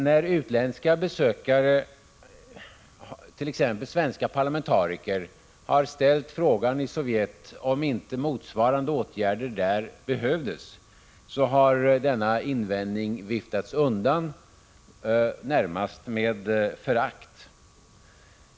När utländska besökare, t.ex. svenska parlamentariker, har ställt frågan i Sovjet om inte motsvarande åtgärder behövdes där, har denna invändning viftats bort med närmast förakt.